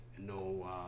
no